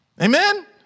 Amen